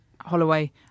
Holloway